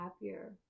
happier